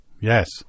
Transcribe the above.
Yes